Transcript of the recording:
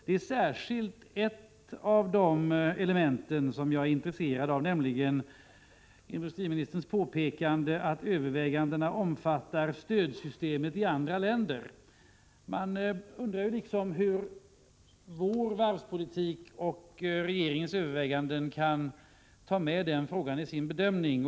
Det är särskilt ett av dessa element som jag är intresserad av, nämligen industriministerns påpekande att övervägandena kommer att omfatta ”stödsystemet i andra länder”. Hur kan vår varvspolitik påverkas av andra länders stödsystem? Hur kan regeringen ta med den frågan i sin bedömning?